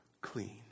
clean